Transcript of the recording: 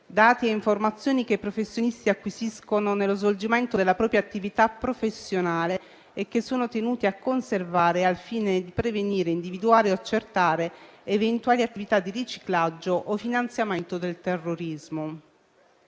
dati e informazioni che i professionisti acquisiscono nello svolgimento della propria attività professionale e che sono tenuti a conservare al fine di prevenire, individuare o accertare eventuali attività di riciclaggio o finanziamento del terrorismo.